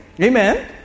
Amen